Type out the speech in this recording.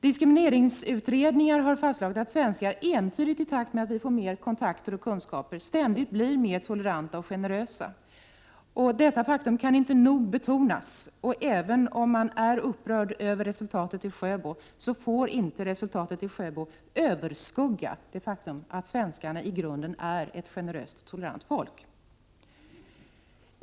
Diskrimineringsutredningar har entydigt fastslagit att vi svenskar i takt med att vi får mer kunskaper och kontakter ständigt blir mer toleranta och generösa. Detta faktum kan inte nog betonas. Även om man är upprörd över resultatet i Sjöbo får det inte överskugga det faktum att svenskarna i grunden är ett generöst och tolerant folk.